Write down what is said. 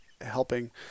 helping